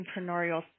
entrepreneurial